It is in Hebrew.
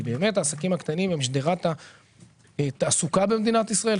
כי באמת העסקים הקטנים הם שדרת התעסוקה במדינת ישראל.